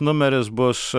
numeris bus